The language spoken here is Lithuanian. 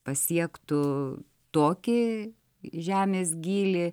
pasiektų tokį žemės gylį